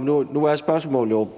Nu er spørgsmålet jo, om